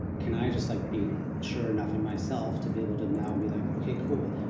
can i just, like, be sure enough in myself to be able to now be like, okay, cool.